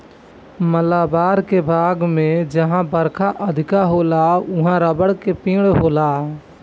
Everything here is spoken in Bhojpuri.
मालाबार के भाग में जहां बरखा अधिका होला उहाँ रबड़ के पेड़ होला